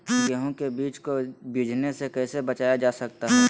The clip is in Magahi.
गेंहू के बीज को बिझने से कैसे बचाया जा सकता है?